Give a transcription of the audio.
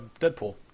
Deadpool